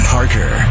Parker